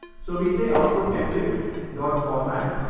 so we say output template dot format.